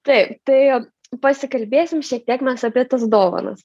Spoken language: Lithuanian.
taip tai pasikalbėsim šiek tiek mes apie tas dovanas